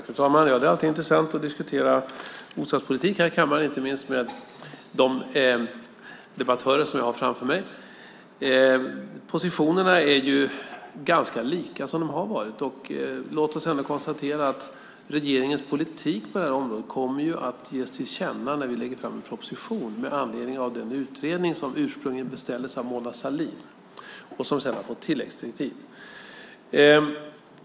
Fru talman! Det är alltid intressant att diskutera bostadspolitik här i kammaren, inte minst med de debattörer som jag har framför mig. Positionerna är ganska lika dem som har funnits tidigare. Låt oss konstatera att regeringens politik på det här området kommer att ges till känna när vi lägger fram en proposition med anledning av den utredning som ursprungligen beställdes av Mona Sahlin och som sedan har fått tilläggsdirektiv.